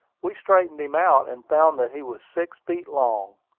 we straightened him out, and found that he was six feet long.